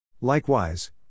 Likewise